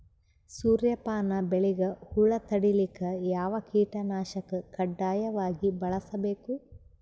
ಸೂರ್ಯಪಾನ ಬೆಳಿಗ ಹುಳ ತಡಿಲಿಕ ಯಾವ ಕೀಟನಾಶಕ ಕಡ್ಡಾಯವಾಗಿ ಬಳಸಬೇಕು?